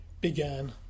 began